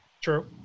true